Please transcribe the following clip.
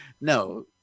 no